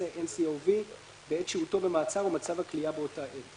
2019-nCoV) בעת שהותו במעצר ומצב הכליאה באותה עת.